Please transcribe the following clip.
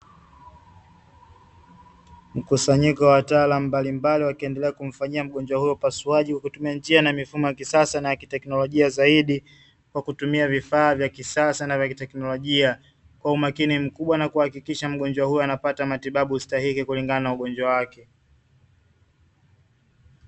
Mkusanyiko wa wataalamu mbalimbali, wakiendelea kumfanyia mgonjwa huyo upasuaji kwa kutumia njia na mifumo ya kisasa na ya kiteknolojia zaidi kwa kutumia vifaa vya kisasa na vya kiteknolojia kwa umakini mkubwa, na kuhakikisha mgonjwa huyo anapata matibabu stahiki kulingana na ugonjwa wake.